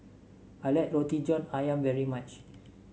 I like Roti John ayam very much